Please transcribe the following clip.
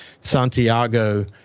Santiago